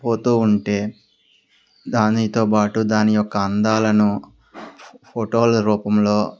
పోతూ ఉంటే దానితో బాటు దాని యొక్క అందాలను ఫోటోల రూపంలో